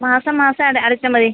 മാസം മാസം അത് അടച്ചാൽ മതി